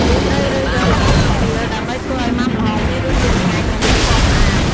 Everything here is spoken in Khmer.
យើងត្រូវរើសយកល្ហុងស្រគាល ដើម្បីធ្វើឱ្យធ្វើមុាំល្ហុងមានរសជាតិឆ្ងាញ់ និងមានពណ៌ស្អាត ។